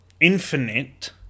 infinite